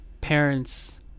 parents